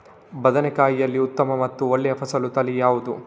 ಬದನೆಕಾಯಿಯಲ್ಲಿ ಉತ್ತಮ ಮತ್ತು ಒಳ್ಳೆಯ ಫಸಲು ತಳಿ ಯಾವ್ದು?